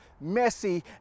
messy